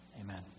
Amen